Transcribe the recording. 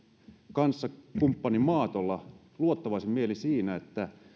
kanssakumppanimaat olla luottavaisin mielin sen suhteen että